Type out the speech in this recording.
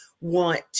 want